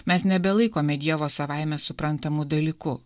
mes nebelaikome dievo savaime suprantamu dalyku